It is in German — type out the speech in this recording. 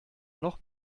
noch